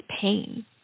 pain